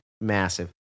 massive